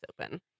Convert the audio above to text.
open